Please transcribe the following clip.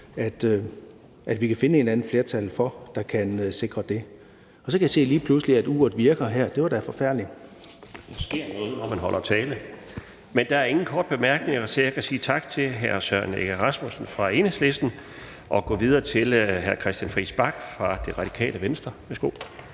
at vi kan finde et eller andet flertal, der kan sikre det. Og så kan jeg se, at uret her lige pludselig virker – det var da forfærdeligt. Kl. 15:22 Den fg. formand (Bjarne Laustsen): Der sker noget, når man holder tale! Der er ingen korte bemærkninger, så jeg kan sige tak til hr. Søren Egge Rasmussen fra Enhedslisten og gå videre til hr. Christian Friis Bach fra Radikale Venstre.